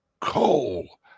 coal